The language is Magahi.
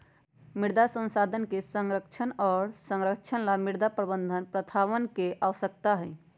मृदा संसाधन के संरक्षण और संरक्षण ला मृदा प्रबंधन प्रथावन के आवश्यकता हई